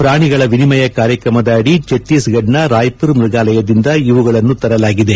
ಪ್ರಾಣಿಗಳ ವಿನಿಮಯ ಕಾರ್ಯಕ್ರಮದ ಅಡಿ ಚತ್ತೀಸ್ಗಢದ ರಾಯಪುರ್ ಮೈಗಾಲಯದಿಂದ ಇವುಗಳನ್ನು ತೆರಲಾಗಿದೆ